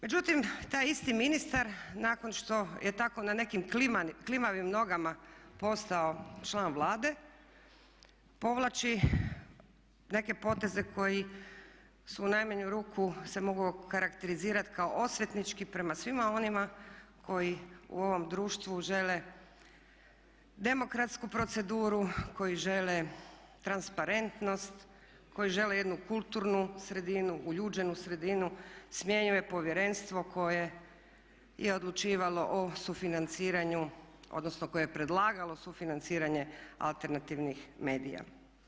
Međutim, taj isti ministar nakon što je tako na nekim klimavim nogama postao član Vlade povlači neke poteze koji su u najmanju ruku se mogu okarakterizirati kao osvetnički prema svima onima koji u ovom društvu žele demokratsku proceduru, koji žele transparentnost, koji žele jednu kulturnu sredinu, uljuđenu sredinu, smjenjuje povjerenstvo koje je odlučivalo o sufinanciranju odnosno koje je predlagalo sufinanciranje alternativnih medija.